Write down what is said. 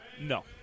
No